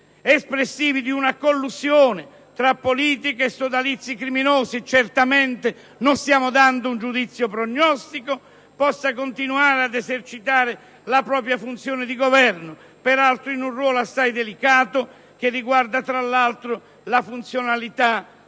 espressivi di una collusione tra politica e sodalizi criminosi - certamente non stiamo dando un giudizio prognostico - potesse continuare ad esercitare la propria funzione di governo, peraltro in un ruolo assai delicato che riguarda , tra l'altro, la funzionalità dello